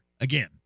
Again